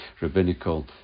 rabbinical